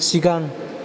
सिगां